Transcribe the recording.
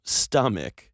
stomach